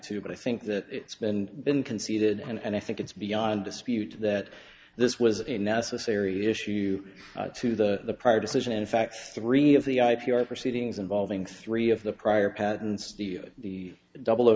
to but i think that it's been been conceded and i think it's beyond dispute that this was a necessary issue to the prior decision in fact three of the i p r proceedings involving three of the prior patents the double